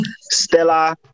Stella